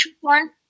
one